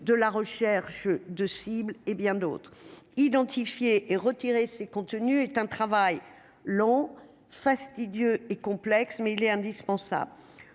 de la recherche de cibles et bien d'autres, identifier et retirer ces contenus est un travail long, fastidieux et complexe mais il est indispensable,